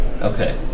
Okay